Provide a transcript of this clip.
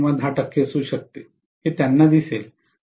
u किंवा 10 टक्के असू शकते हे त्यांना दिसेल